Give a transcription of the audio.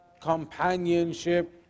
companionship